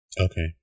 okay